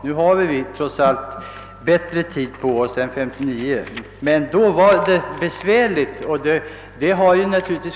Nu har vi alltså bättre tid på oss än år 1959, då det var besvärligt.